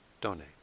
donate